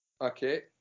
okay